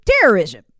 terrorism